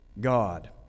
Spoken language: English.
God